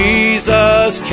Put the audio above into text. Jesus